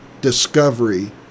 discovery